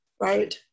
right